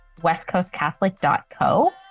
westcoastcatholic.co